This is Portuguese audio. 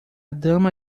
dama